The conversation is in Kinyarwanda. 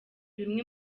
bimwe